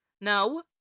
No